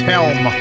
Helm